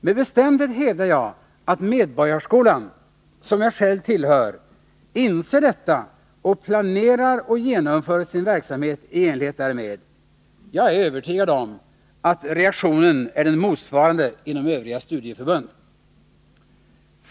Med bestämdhet hävdar jag att Medborgarskolan, som jag själv tillhör, inser detta och planerar och genomför sin verksamhet i enlighet därmed. Jag är övertygad om att reaktionen är den motsvarande inom övriga studieförbund.